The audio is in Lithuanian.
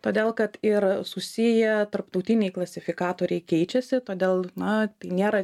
todėl kad ir susiję tarptautiniai klasifikatoriai keičiasi todėl na tai nėra